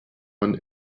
man